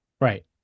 Right